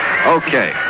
Okay